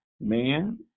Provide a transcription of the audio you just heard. man